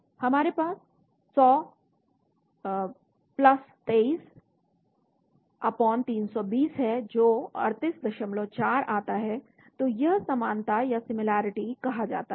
तो हमारे पास 100 23320 है जो 384 आता है तो यह समानता या सिमिलरिटी कहा जाता है